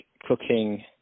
cooking